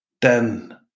den